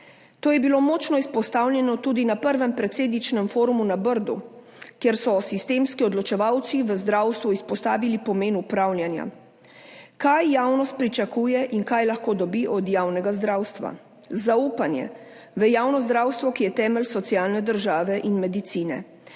To je bilo močno izpostavljeno tudi na prvem predsedničinem forumu na Brdu, kjer so sistemski odločevalci v zdravstvu izpostavili pomen upravljanja, kaj javnost pričakuje in kaj lahko dobi od javnega zdravstva, zaupanje v javno zdravstvo, ki je temelj socialne države in medicine.